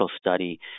study